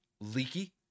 Leaky